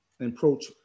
approach